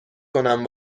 کنم